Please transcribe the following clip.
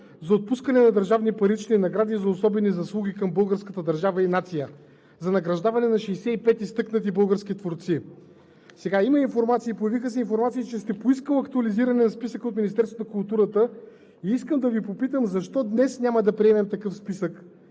за отпускане на държавни парични награди за особени заслуги към българската държава и нация за награждаване на 65 изтъкнати български творци. Появиха се информации, че сте поискал актуализиране на списъка от Министерството на културата и искам да Ви попитам: защо днес няма да приемем такъв списък